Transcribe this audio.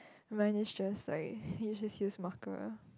mine is just like hey just use marker